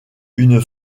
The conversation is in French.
une